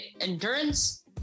endurance